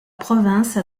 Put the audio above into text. province